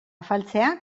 afaltzea